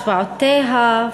השפעותיה,